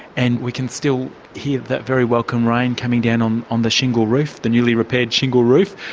and we can still hear that very welcome rain coming down on on the shingle roof, the newly-repaired shingle roof,